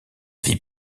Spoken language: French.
vie